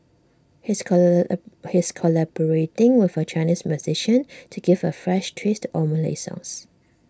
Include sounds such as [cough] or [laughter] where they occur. he is [unintelligible] he is collaborating with A Chinese musician to give A fresh twist to old Malay songs